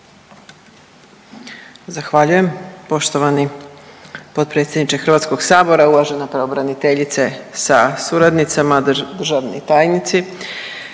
Zahvaljujem. Poštovani potpredsjedniče Hrvatskog sabora, uvažena pravobraniteljice sa suradnicama, državni tajnici,